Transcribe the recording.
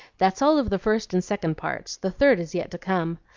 that's all of the first and second parts the third is yet to come.